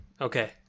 Okay